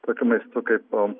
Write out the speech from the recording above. tokiu maistu kaip